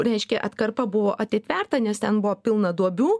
reiškia atkarpa buvo atitverta nes ten buvo pilna duobių